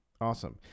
Awesome